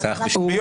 הוא